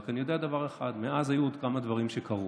אני רק יודע דבר אחד: מאז היו עוד כמה דברים שקרו.